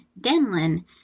Denlin